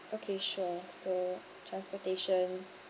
okay sure so transportation